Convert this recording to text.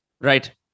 Right